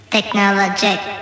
Technologic